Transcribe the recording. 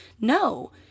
no